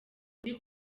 uri